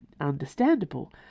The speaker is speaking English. Understandable